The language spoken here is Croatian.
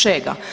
Čega?